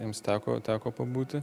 jiems teko teko pabūti